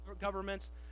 Governments